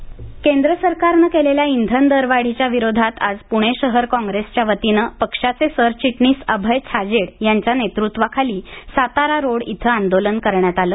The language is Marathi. इंधनवाढ आंदोलन केंद्र सरकारनं केलेल्या इंधन दरवाढीच्या विरोधात आज पूणे शहर कॉंग्रेसच्या वतीनं पक्षाचे सरचिटणीस अभय छाजेड यांच्या नेतृत्वाखाली सातारा रोड इथं आंदोलन करण्यात आलं